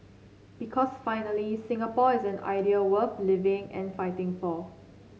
because finally Singapore is an idea worth living and fighting for